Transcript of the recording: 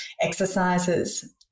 exercises